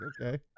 okay